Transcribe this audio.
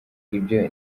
ibyo